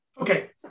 Okay